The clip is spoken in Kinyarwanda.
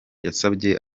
yasabye